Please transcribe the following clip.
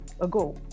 ago